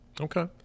Okay